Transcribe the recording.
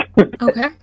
Okay